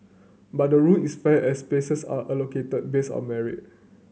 but the rule is fair as spaces are allocated based on merit